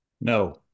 No